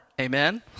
Amen